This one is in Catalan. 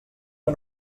que